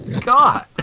God